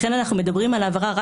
יש חובת פרסום.